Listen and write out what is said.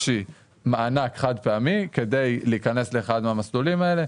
שהוא מענק חד פעמי כדי להיכנס לאחד מהמסלולים האלה.